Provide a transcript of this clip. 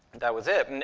that was it. and